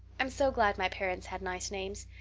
i'm so glad my parents had nice names.